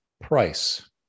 price